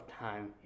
time